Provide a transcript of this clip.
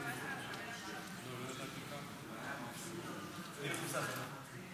ההצעה להעביר את הנושא לוועדת הכלכלה נתקבלה.